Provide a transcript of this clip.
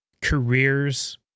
careers